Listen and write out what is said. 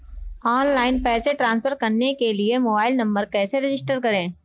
Online पैसे transfer करने के लिए मोबाइल नंबर कैसे रजिस्टर करें?